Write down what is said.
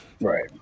Right